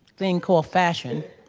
thing called fashion.